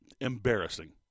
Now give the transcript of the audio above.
embarrassing